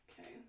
Okay